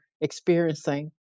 experiencing